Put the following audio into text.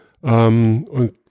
Und